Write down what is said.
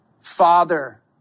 father